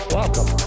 Welcome